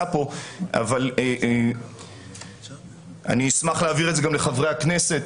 כאן - ואני אשמח להעביר גם לחברי הכנסת